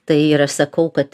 tai ir aš sakau kad